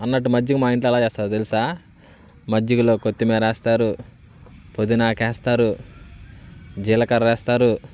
అన్నట్టు మజ్జిగ మా ఇంట్లో ఎలా చేస్తారో తెలుసా మజ్జిగలో కొత్తిమీర వేస్తారు పుదీనాకు వేస్తారు జీలకర్ర వేస్తారు